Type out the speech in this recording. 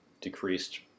decreased